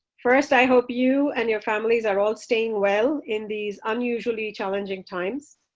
first, i hope you and your families are all staying well in these unusually challenging times.